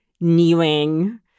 kneeling